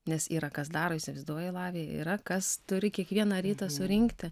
nes yra kas daro įsivaizduoji lavija yra kas turi kiekvieną rytą surinkti